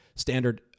Standard